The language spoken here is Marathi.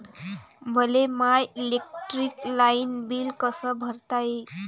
मले माय इलेक्ट्रिक लाईट बिल कस भरता येईल?